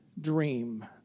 dream